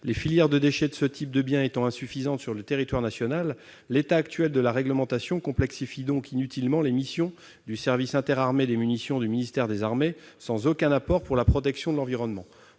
de traitement des déchets de ce type étant insuffisantes sur le territoire national, l'état actuel de la réglementation complexifie inutilement les missions du service interarmées des munitions du ministère des armées, sans aucun bénéfice pour la protection de l'environnement.